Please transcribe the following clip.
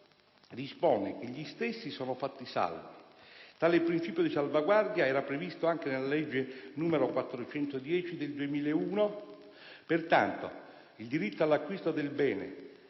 dispone che gli stessi sono fatti salvi. Tale principio di salvaguardia era previsto anche nella legge n. 410 del 2001. Pertanto, il diritto all'acquisto del bene,